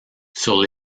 sur